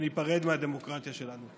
שניפרד מהדמוקרטיה שלנו.